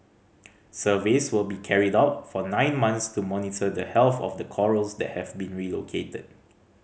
surveys will be carried out for nine months to monitor the health of the corals that have been relocated